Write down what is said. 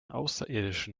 außerirdischen